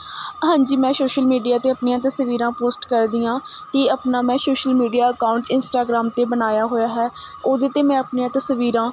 ਹਾਂਜੀ ਮੈਂ social media 'ਤੇ ਆਪਣੀਆਂ ਤਸਵੀਰਾਂ ਪੋਸਟ ਕਰਦੀ ਹਾਂ ਅਤੇ ਆਪਣਾ ਮੈਂ ਸ਼ੋਸ਼ਲ ਮੀਡੀਆ ਅਕਾਊਂਟ ਇੰਸਟਾਗ੍ਰਾਮ 'ਤੇ ਬਣਾਇਆ ਹੋਇਆ ਹੈ ਉਹਦੇ 'ਤੇ ਮੈਂ ਆਪਣੀਆਂ ਤਸਵੀਰਾਂ